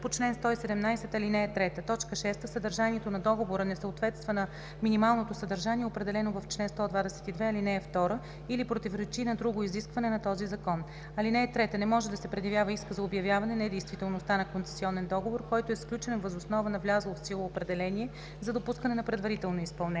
по чл. 117, ал. 3; 6. съдържанието на договора не съответства на минималното съдържание, определено в чл. 122, ал. 2, или противоречи на друго изискване на този закон. (3) Не може да се предявява иск за обявяване недействителността на концесионен договор, който е сключен въз основа на влязло в сила определение за допускане на предварително изпълнение.